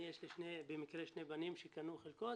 יש לי במקרה שני בנים שקנו חלקות.